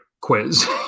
quiz